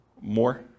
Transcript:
More